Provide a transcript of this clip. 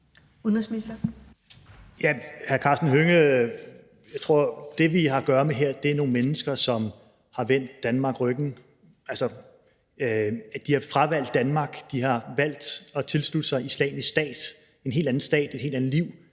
(Jeppe Kofod): Jeg tror, at det, vi har at gøre med her, er nogle mennesker, som har vendt Danmark ryggen, altså de har fravalgt Danmark, de har valgt at tilslutte sig Islamisk Stat – en helt anden stat, et helt andet liv.